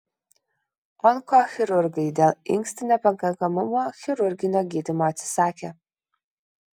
onkochirurgai dėl inkstų nepakankamumo chirurginio gydymo atsisakė